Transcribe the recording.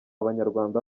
abanyarwanda